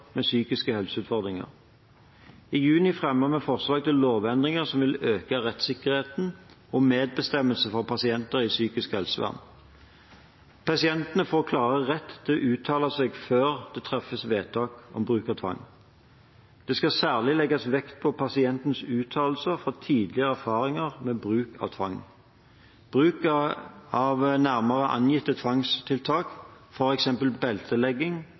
med psykiske helseutfordringer. I juni fremmet vi forslag til lovendringer som vil øke rettssikkerheten og medbestemmelsen for pasienter i psykisk helsevern. Pasientene får klarere rett til å uttale seg før det treffes vedtak om bruk av tvang. Det skal legges særlig vekt på pasientens uttalelser om tidligere erfaringer med bruk av tvang. Bruk av nærmere angitte tvangstiltak, f.eks. beltelegging,